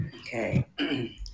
Okay